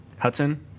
Hudson